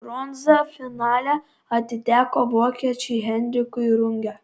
bronza finale atiteko vokiečiui henrikui runge